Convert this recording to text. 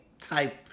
type